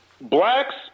Blacks